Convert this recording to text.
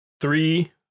three